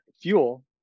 fuel